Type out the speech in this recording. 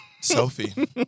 Sophie